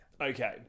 Okay